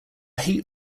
hate